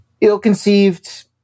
ill-conceived